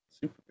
Super